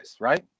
right